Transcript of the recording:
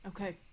Okay